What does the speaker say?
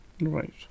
Right